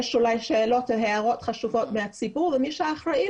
יש אולי שאלות והערות חשובות מהציבור ומי שאחראי